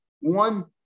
one